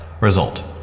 Result